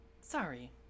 Sorry